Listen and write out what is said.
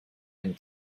einen